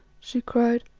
she cried